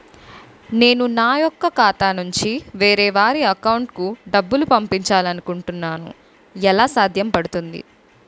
నేను నా యెక్క ఖాతా నుంచి వేరే వారి అకౌంట్ కు డబ్బులు పంపించాలనుకుంటున్నా ఎలా?